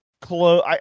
close